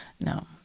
No